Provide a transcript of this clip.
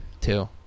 Two